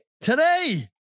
Today